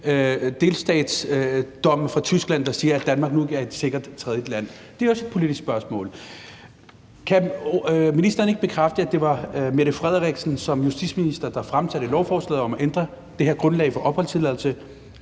delstatsdommen fra Tyskland, der siger, at Danmark nu ikke er et sikkert tredjeland. Det er også et politisk spørgsmål. Kan ministeren ikke bekræfte, at det var Mette Frederiksen som justitsminister, der fremsatte lovforslaget om at ændre det her grundlag for opholdstilladelse,